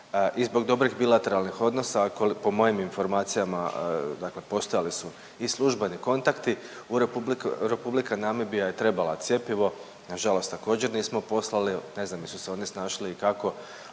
i zbog dobrih bilateralnih odnosa koje po mojim informacijama, dakle postojali su i službeni kontakti. Republika Namibija je trebala cjepivo, na žalost također nismo poslali. Ne znam jesu se oni snašli i kako,